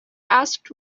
asked